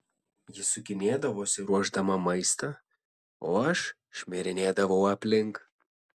ji sukinėdavosi ruošdama maistą o aš šmirinėdavau aplink